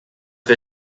wir